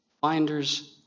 Finders